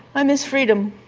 and there's freedom,